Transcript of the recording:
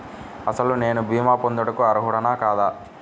అసలు నేను భీమా పొందుటకు అర్హుడన కాదా?